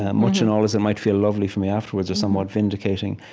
ah much and all as it might feel lovely for me afterwards or somewhat vindicating.